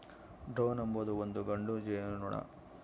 drone ಅಂಬೊದು ಒಂದು ಗಂಡು ಜೇನುನೊಣ